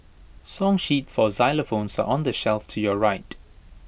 song sheets for xylophones are on the shelf to your right